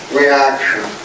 reaction